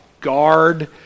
guard